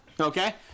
Okay